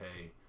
hey